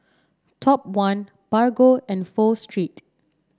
Top One Bargo and Pho Street